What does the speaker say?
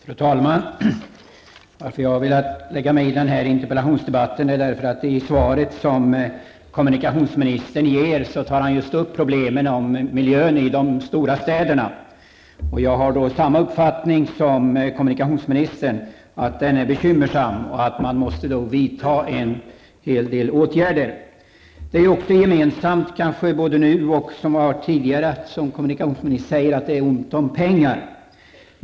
Fru talman! Anledningen till att jag går in i den här interpellationsdebatten är att kommunikationsministern i sitt svar tar upp just miljöproblemen i storstäderna. Jag har samma uppfattning som kommunikationsministern, dvs. att läget är bekymmersamt och att det är nödvändigt att vidta en hel del åtgärder. Gemensamt för läget nu och läget tidigare är, som kommunikationsministern säger, att det är ont om pengar.